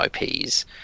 IPs